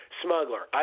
smuggler